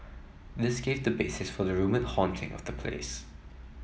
this gave the basis for the rumoured haunting of the place